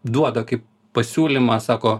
duoda kai pasiūlymą sako